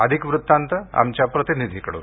अधिक वृत्तांत आमच्या प्रतिनिधीकडून